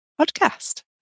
podcast